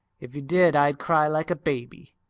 if you did i'd cry like a baby.